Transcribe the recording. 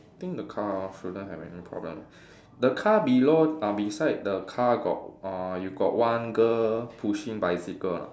I think the car shouldn't have any problem the car below uh beside the car got uh you got one girl pushing bicycle or not